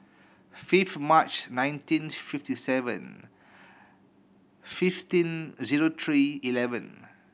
fifth March nineteen fifty seven fifteen zero three eleven